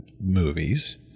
movies